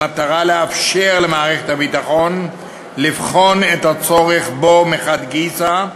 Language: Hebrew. במטרה לאפשר למערכת הביטחון לבחון את הצורך בו מחד גיסא,